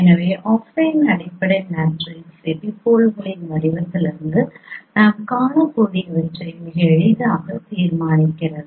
எனவே அஃபைன் அடிப்படை மேட்ரிக்ஸ் எபிபோல்களின் வடிவத்திலிருந்து நாம் காணக்கூடியவற்றை மிக எளிதாக தீர்மானிக்கப்படுகிறது